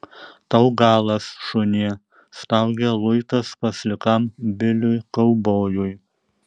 tau galas šunie staugia luitas paslikam biliui kaubojui